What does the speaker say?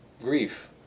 grief